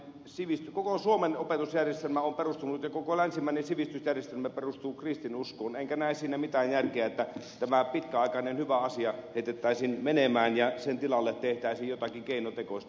nimittäin koko suomen opetusjärjestelmä ja koko länsimainen sivistysjärjestelmä perustuu kristinuskoon enkä näe siinä mitään järkeä että tämä pitkäaikainen hyvä asia heitettäisiin menemään ja sen tilalle tehtäisiin jotakin keinotekoista